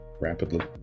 Rapidly